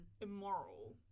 immoral